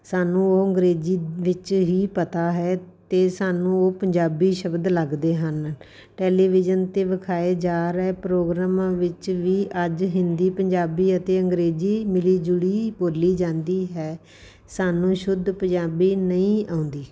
ਸਾਨੂੰ ਉਹ ਅੰਗਰੇਜ਼ੀ ਵਿੱਚ ਹੀ ਪਤਾ ਹੈ ਅਤੇ ਸਾਨੂੰ ਉਹ ਪੰਜਾਬੀ ਸ਼ਬਦ ਲੱਗਦੇ ਹਨ ਟੈਲੀਵਿਜ਼ਨ 'ਤੇ ਵਿਖਾਏ ਜਾ ਰਹੇ ਪ੍ਰੋਗਰਾਮਾਂ ਵਿੱਚ ਵੀ ਅੱਜ ਹਿੰਦੀ ਪੰਜਾਬੀ ਅਤੇ ਅੰਗਰੇਜ਼ੀ ਮਿਲੀ ਜੁਲੀ ਬੋਲੀ ਜਾਂਦੀ ਹੈ ਸਾਨੂੰ ਸ਼ੁੱਧ ਪੰਜਾਬੀ ਨਹੀਂ ਆਉਂਦੀ